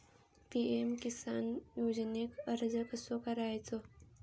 PM Kisan योजनेक अर्ज कसो करायचो?